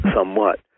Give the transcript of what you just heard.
somewhat